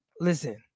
listen